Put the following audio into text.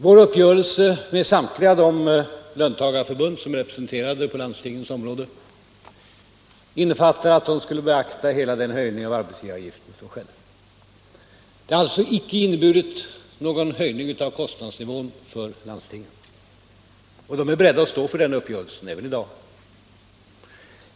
Vår uppgörelse med samtliga de löntagarorganisationer som representerar landstingsområdet innefattar att de skall beakta hela den höjning av arbetsgivaravgiften som skedde. Det hade alltså inte inneburit någon höjning av kostnadsnivån för landstingen. Organisationerna är beredda att stå för den uppgörelsen även i dag.